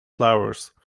flowers